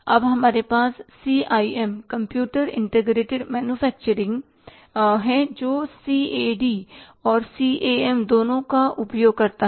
अब हमारे पास C I M computer integrated manufacturing CIM Computer Integrated Manufacturing है जो सी ए डी CAD और सी ए एम CAM दोनों का उपयोग करता है